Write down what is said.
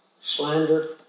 slander